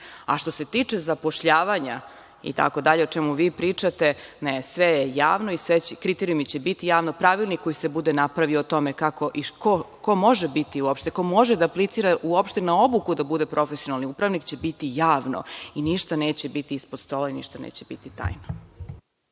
toga. Što se tiče zapošljavanja itd, o čemu vi pričate, ne, sve je javno i svi kriterijumi će biti javni. Pravilnik koji se bude napravio o tome kako i ko može biti, ko može da aplicira u opštinama na obuku da bude profesionalni upravnik će biti javno i ništa neće biti ispod stola i ništa neće biti tajno.